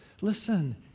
Listen